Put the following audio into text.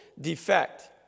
defect